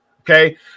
okay